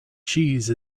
cheese